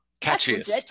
Catchiest